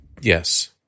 Yes